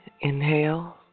Inhale